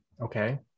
okay